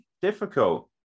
difficult